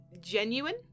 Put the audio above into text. genuine